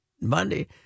Monday